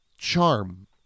charm